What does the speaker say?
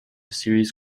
series